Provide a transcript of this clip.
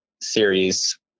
series